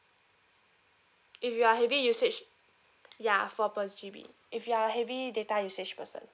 if you are heavy usage ya for per G_B if you are heavy data usage person